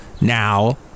now